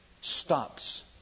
stops